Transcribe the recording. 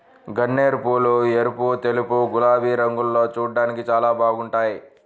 గన్నేరుపూలు ఎరుపు, తెలుపు, గులాబీ రంగుల్లో చూడ్డానికి చాలా బాగుంటాయ్